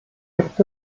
gibt